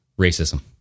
Racism